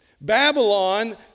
Babylon